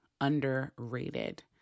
underrated